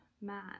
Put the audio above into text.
man